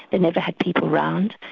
they never had people around.